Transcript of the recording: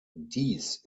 dies